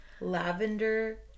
Lavender